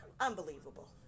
Unbelievable